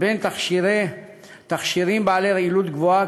לבין תכשירים בעלי רעילות גבוהה,